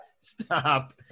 Stop